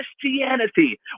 christianity